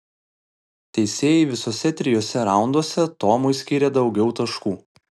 teisėjai visuose trijuose raunduose tomui skyrė daugiau taškų